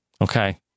Okay